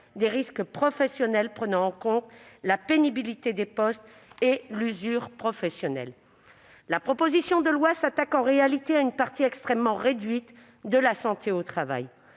des risques professionnels prenant en compte la pénibilité des postes et l'usure professionnelle. En réalité, la proposition de loi ne s'attaque qu'à une partie extrêmement réduite de la santé au travail.